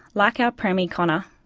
like our premmy connor,